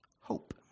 Hope